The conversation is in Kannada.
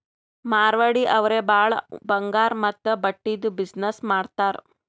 ಮಾರ್ವಾಡಿ ಅವ್ರೆ ಭಾಳ ಬಂಗಾರ್ ಮತ್ತ ಬಟ್ಟಿದು ಬಿಸಿನ್ನೆಸ್ ಮಾಡ್ತಾರ್